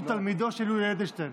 הוא תלמידו של יולי אדלשטיין.